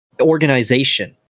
organization